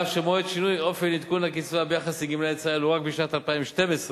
ואף שמועד שינוי אופן עדכון הקצבה ביחס לגמלאי צה"ל הוא רק בשנת 2012,